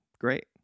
great